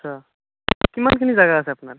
আচ্ছা কিমানখিনি জাগা আছে আপোনাৰ